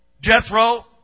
Jethro